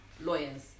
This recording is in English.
Lawyers